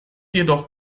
jedoch